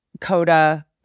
CODA